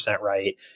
right